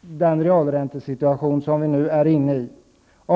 den realräntesituation som vi nu befinner oss i.